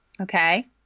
Okay